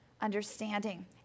understanding